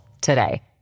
today